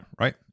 Right